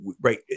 right